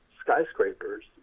skyscrapers